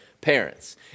parents